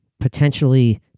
potentially